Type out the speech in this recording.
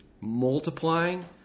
multiplying